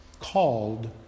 called